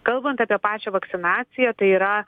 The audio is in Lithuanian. kalbant apie pačią vakcinaciją tai yra